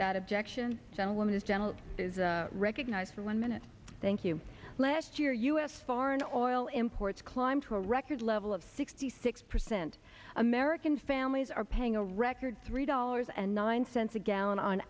that objection sounds when his dental is recognized for one minute thank you last year u s foreign oil imports climbed to a record level of sixty six percent american families are paying a record three dollars and nine cents a gallon on